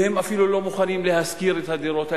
והם אפילו לא מוכנים להשכיר את הדירות האלה,